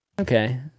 Okay